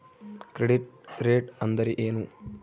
Credit rate ಅಂದರೆ ಏನು?